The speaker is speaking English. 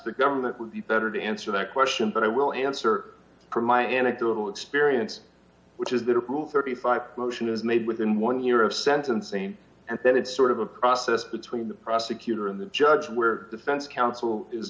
the government would be better to answer that question but i will answer for my anecdotal experience which is that rule thirty five dollars motion is made within one year of sentencing and then it's sort of a process between the prosecutor and the judge where defense counsel is